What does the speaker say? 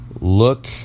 Look